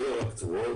זה לא רק תבואות,